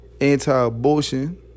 anti-abortion